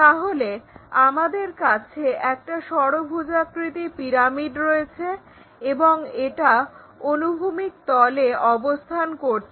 তাহলে আমাদের কাছে একটা ষড়ভুজাকৃতি পিরামিড রয়েছে এবং এটা অনুভূমিক তলে অবস্থান করছে